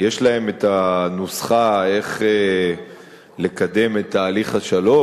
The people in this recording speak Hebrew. יש להם הנוסחה איך לקדם את תהליך השלום,